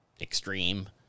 extreme